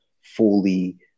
fully